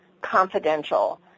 confidential